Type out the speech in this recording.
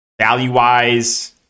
Value-wise